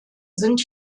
sind